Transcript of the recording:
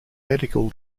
medical